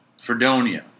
Fredonia